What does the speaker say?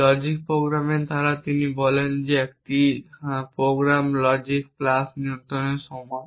logic প্রোগ্রামের ধারণা তিনি বলেন যে একটি প্রোগ্রাম লজিক প্লাস নিয়ন্ত্রণের সমান